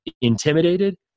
intimidated